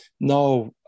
no